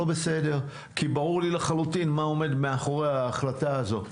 כי ברור לי לחלוטין מה עומד מאחורי ההחלטה הזו.